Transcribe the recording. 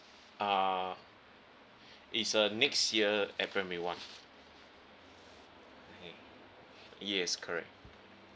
uh it's a next year at primary one mmhmm yes correct